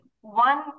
one